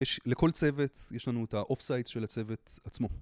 יש לכל צוות, יש לנו את ה-off-site של הצוות עצמו